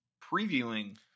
previewing